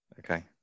Okay